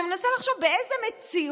אני מנסה לחשוב, באיזו מציאות